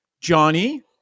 Johnny